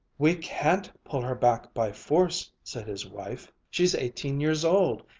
we can't pull her back by force, said his wife. she's eighteen years old,